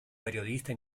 periodista